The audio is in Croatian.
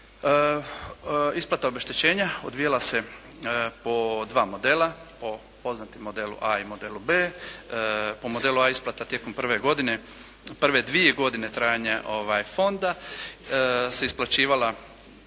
Isplata obeštećenja odvijala se po dva modela, po poznatom modelu a) i modelu b). Po modelu a) isplata tijekom prve godine, prve dvije godine trajanja fonda se isplaćivala